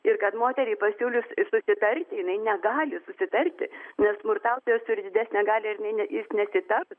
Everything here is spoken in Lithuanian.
ir kad moteriai pasiūlius susitarti jinai negali susitarti nes smurtautojas turi didesnę galią ir ne jis nesitars